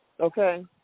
Okay